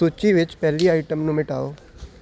ਸੂਚੀ ਵਿੱਚ ਪਹਿਲੀ ਆਈਟਮ ਨੂੰ ਮਿਟਾਓ